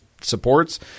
supports